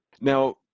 Now